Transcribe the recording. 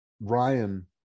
ryan